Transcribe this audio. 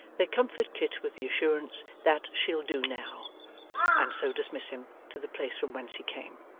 they comfort kit with the assurance that she'll do now and so dismiss him to the place from whence he came.